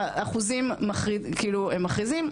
האחוזים הם מחרידים,